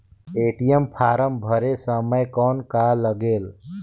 ATM form भरे समय कौन का लगेल?